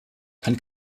kann